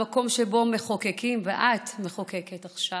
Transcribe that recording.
המקום שבו מחוקקים, ואת מחוקקת עכשיו,